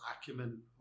acumen